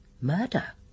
Murder